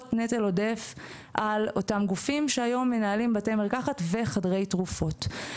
נטל עודף על אותם גופים שהיום מנהלים בתי מרקחת וחדרי תרופות.